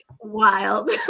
Wild